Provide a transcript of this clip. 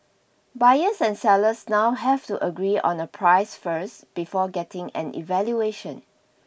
buyers and sellers now have to agree on a price first before getting an evaluation